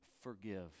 forgive